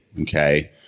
Okay